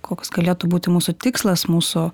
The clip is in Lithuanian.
koks galėtų būti mūsų tikslas mūsų